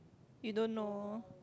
you don't know